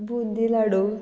boondi लाडू